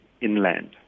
inland